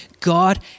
God